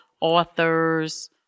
authors